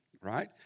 right